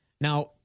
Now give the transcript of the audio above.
Now